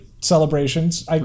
celebrations